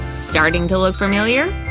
starting to look familiar